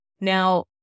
Now